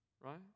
right